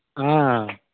ఆ